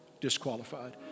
disqualified